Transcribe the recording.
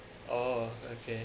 orh okay